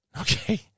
Okay